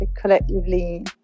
collectively